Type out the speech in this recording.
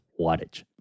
wattage